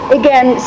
again